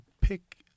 pick